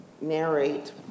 narrate